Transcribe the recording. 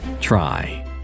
Try